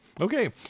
Okay